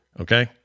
Okay